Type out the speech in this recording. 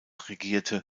regierte